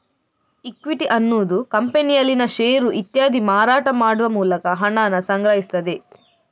equity ಅನ್ನುದು ಕಂಪನಿಯಲ್ಲಿನ share ಇತ್ಯಾದಿ ಮಾರಾಟ ಮಾಡುವ ಮೂಲಕ ಹಣಾನ ಸಂಗ್ರಹಿಸ್ತದೆ